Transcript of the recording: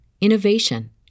innovation